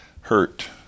hurt